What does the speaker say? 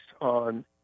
on